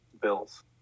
Bills